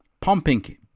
pumping